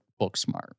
Booksmart